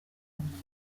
umunebwe